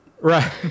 right